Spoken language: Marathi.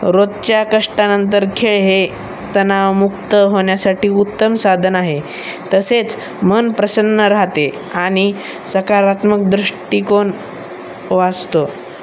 रोजच्या कष्टानंतर खेळ हे तणावमुक्त होण्यासाठी उत्तम साधन आहे तसेच मन प्रसन्न राहते आणि सकारात्मक दृष्टिकोन वाचतो